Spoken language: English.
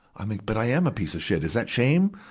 and like but i am a piece of shit. is that shame?